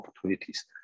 opportunities